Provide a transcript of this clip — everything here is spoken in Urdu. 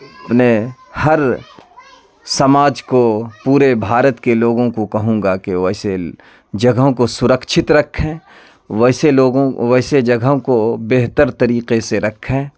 اپنے ہر سماج کو پورے بھارت کے لوگوں کو کہوں گا کہ ویسے جگہوں کو سورکچھت رکھیں ویسے لوگوں ویسے جگہوں کو بہتر طریقے سے رکھیں